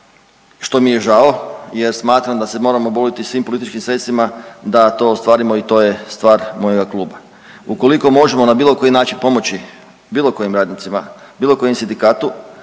što mi je žao jer smatram da se moramo boriti svim političkim sredstvima da to ostvarimo i to je stvar mojega kluba. Ukoliko možemo na bilo koji način pomoći bilo kojim radnicima, bilo kojem sindikatu